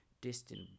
Distant